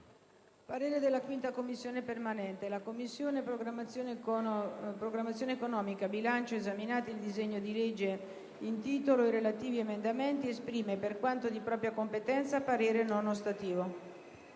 apre una nuova finestra"), *segretario*. «La Commissione programmazione economica, bilancio, esaminati il disegno di legge in titolo ed i relativi emendamenti, esprime, per quanto di propria competenza, parere non ostativo».